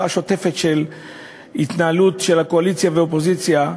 השוטפת של ההתנהלות של הקואליציה והאופוזיציה,